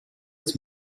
its